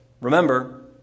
remember